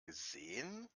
gesehen